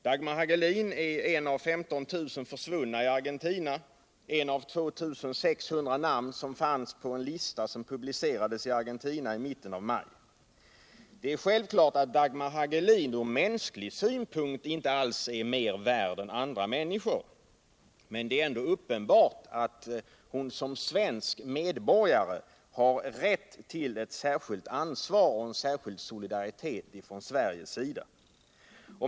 Dagmar Hagelin är en av 15 000 försvunna i Argentina, ett av 2 600 namn som finns på en lista som publicerades i Argentina i mitten av maj. Det är självklart att Dagmar Hagelin från mänsklig synpunkt inte är mer värd än andra människor, men det är uppenbart att hon som svensk medborgare har rätt till ett särskilt ansvar och en särskild solidaritet från svensk sida.